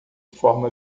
forma